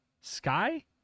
Sky